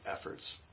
efforts